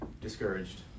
discouraged